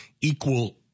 equal